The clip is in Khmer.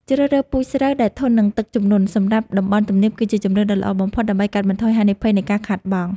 ជ្រើសរើសពូជស្រូវដែលធន់នឹងទឹកជំនន់សម្រាប់តំបន់ទំនាបគឺជាជម្រើសដ៏ល្អបំផុតដើម្បីកាត់បន្ថយហានិភ័យនៃការខាតបង់។